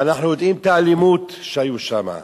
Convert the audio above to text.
ואנחנו מכירים את האלימות שהיתה שם.